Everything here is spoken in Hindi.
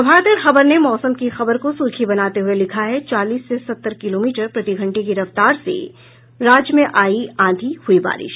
प्रभात खबर ने मौसम की खबर को सुर्खी बनाते हुये लिखा है चालीस से सत्तर किलोमीटर प्रतिघंटे की रफ्तार से राज्य में आयी आंधी हुयी बारिश